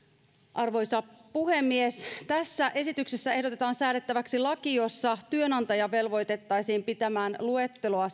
arvoisa puhemies tässä esityksessä ehdotetaan säädettäväksi laki jossa työnantaja velvoitettaisiin pitämään luetteloa